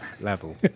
level